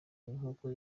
nkuko